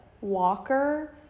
walker